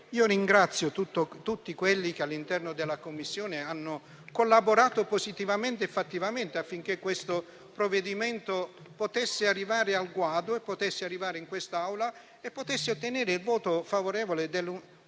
ringrazio tutti quelli che, all'interno della Commissione, hanno collaborato positivamente e fattivamente affinché questo provvedimento potesse arrivare al guado, in quest'Aula, e ottenere un voto favorevole unanime